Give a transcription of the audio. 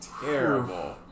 terrible